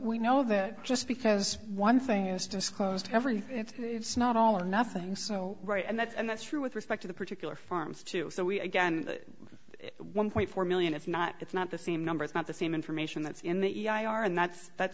we know that just because one thing is disclosed everything it's not all or nothing so right and that's and that's true with respect to the particular farms too so we again one point four million it's not it's not the same number it's not the same information that's in the i r and that's that's